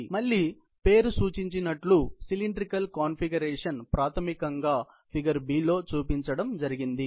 మళ్ళీ పేరు సూచించినట్లు సిలిండ్రికల్ కాన్ఫిగరేషన్ ప్రాథమికంగా ఫిగర్ B లో చూపించడం జరిగింది